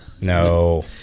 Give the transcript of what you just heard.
no